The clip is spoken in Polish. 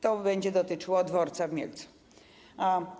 To będzie dotyczyło dworca w Mielcu.